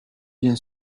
bien